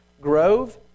Grove